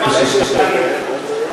זה מה שיש לי להגיד לך.